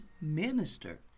minister